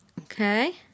Okay